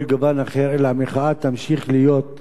אלא המחאה תמשיך להיות מחאה,